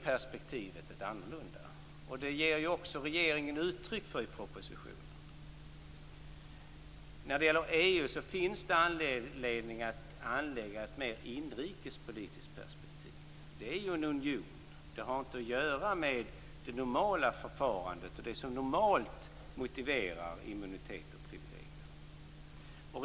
Regeringen ger också uttryck för detta i propositionen. Det finns anledning att anlägga ett mer inrikespolitiskt perspektiv. EU är en union, och det har inte att göra med det normala förfarandet och det som normalt motiverar immunitet och privilegier.